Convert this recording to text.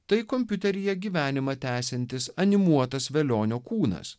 tai kompiuteryje gyvenimą tęsiantis animuotas velionio kūnas